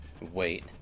Wait